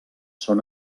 són